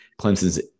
Clemson's